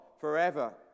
forever